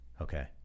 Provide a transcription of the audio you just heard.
Okay